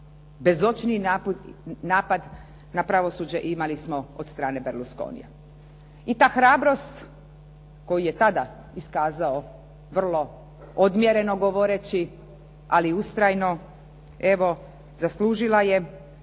bezočniji napad na pravosuđe imali smo od strane Berlusconija. I ta hrabrost koju je tada iskazao vrlo odmjereno govoreći, ali ustrajno, evo zaslužila je,